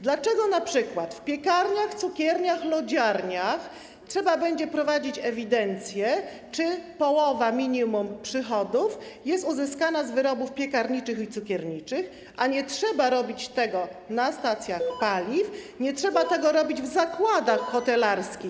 Dlaczego np. w piekarniach, cukierniach, lodziarniach trzeba będzie prowadzić ewidencję, czy połowa minimum przychodów jest uzyskana z wyrobów piekarniczych i cukierniczych, a nie trzeba tego robić na stacjach paliw, nie trzeba tego robić w zakładach hotelarskich?